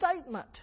statement